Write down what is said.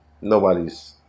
nobody's